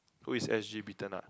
who is s_g Peter nut